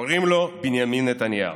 קוראים לו בנימין נתניהו.